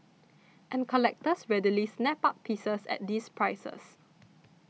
and collectors readily snap up pieces at these prices